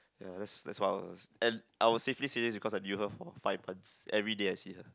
ya that's that's what I want to say and I would safely say this because I knew her for five months everyday I see her